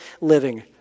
living